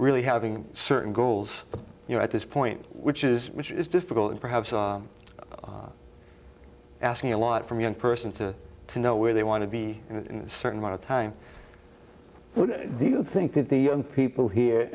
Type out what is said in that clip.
really having certain goals you know at this point which is which is difficult and perhaps asking a lot from young person to know where they want to be in a certain amount of time do you think that the young people here